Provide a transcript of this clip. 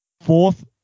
fourth